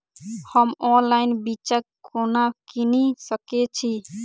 हम ऑनलाइन बिच्चा कोना किनि सके छी?